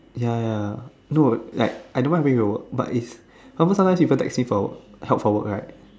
ya ya no like I don't mind helping you with your work but it's sometimes sometimes people text me for help for work right